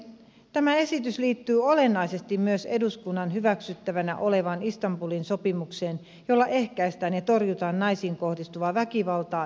tämä esitys liittyy olennaisesti myös eduskunnan hyväksyttävänä olevaan istanbulin sopimukseen jolla ehkäistään ja torjutaan naisiin kohdistuvaa väkivaltaa ja perheväkivaltaa